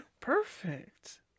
Perfect